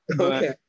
Okay